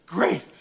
Great